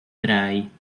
drei